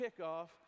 kickoff